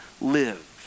live